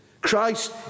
Christ